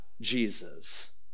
Jesus